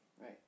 Right